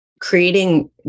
creating